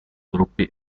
gruppi